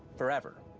forever.